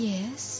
Yes